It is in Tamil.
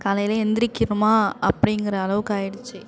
காலையில் எந்திரிக்கணுமா அப்படிங்கிற அளவுக்கு ஆயிடுச்சு